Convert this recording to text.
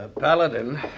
Paladin